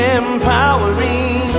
empowering